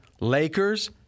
Lakers